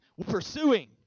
pursuing